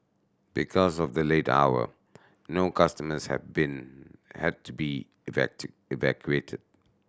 because of the late hour no customers have been had to be evacuated